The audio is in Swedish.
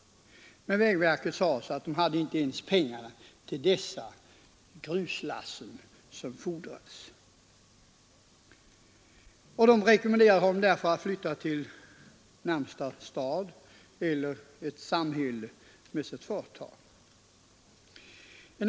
Men vägverket förklarade att man inte ens hade pengar till de gruslass som erfordrades och rekommenderade företagaren att flytta till närmaste stad eller till ett annat samhälle med sitt företag.